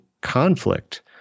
conflict